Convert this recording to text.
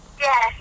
Yes